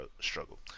struggle